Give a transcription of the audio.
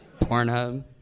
Pornhub